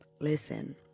Listen